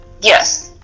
Yes